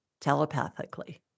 telepathically